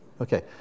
Okay